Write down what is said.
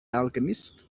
alchemist